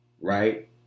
right